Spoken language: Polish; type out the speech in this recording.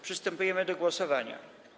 Przystępujemy do głosowania.